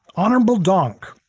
honorable donk,